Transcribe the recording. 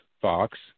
Fox